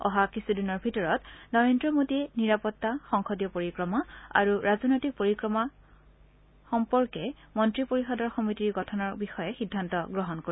অহা কিছুদিনৰ ভিতৰত নৰেন্দ্ৰ মোদীয়ে নিৰাপত্তা সংসদীয় পৰিক্ৰমা আৰু ৰাজনৈতিক পৰিক্ৰমা সম্পৰ্কীয় মন্ত্ৰী পৰিষদৰ সমিতি গঠনৰ বিষয়ে সিদ্ধান্ত গ্ৰহণ কৰিব